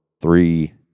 Three